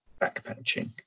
backpatching